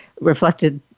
reflected